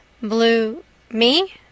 Blue—me